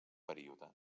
període